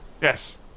Yes